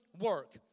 work